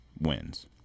wins